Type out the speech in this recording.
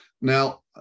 Now